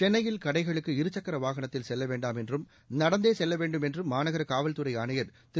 சென்னையில் கடைகளுக்கு இரு சக்கர வாகனத்தில் செல்ல வேண்டாம் என்றும் நடந்தே செல்ல வேண்டும் என்றும் மாநகர காவல்துறை ஆணயைர் திரு